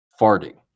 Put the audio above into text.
farting